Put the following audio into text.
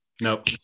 nope